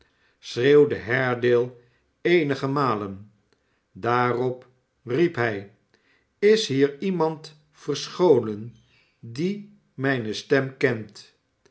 haredale eenige malen daarop riep hij sis hier iemand verscholen die mijne stem kent